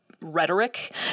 rhetoric